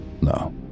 no